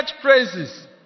praises